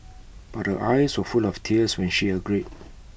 but her eyes were full of tears when she agreed